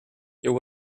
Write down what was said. there